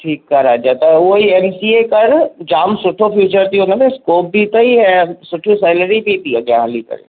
ठीकु आहे राजा त उहो ई एम सी ए कर जाम सुठो फ्यूचर अथई हुनमें स्कोप बि थई ऐं सुठी सैलेरी बि अथई अॻियां हली करे